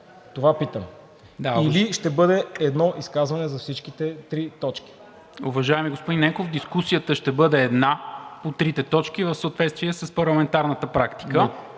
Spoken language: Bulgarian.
Това питам! Или ще бъде едно изказване за всичките три точки. ПРЕДСЕДАТЕЛ НИКОЛА МИНЧЕВ: Уважаеми господин Ненков, дискусията ще бъде една по трите точки в съответствие с парламентарната практика.